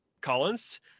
collins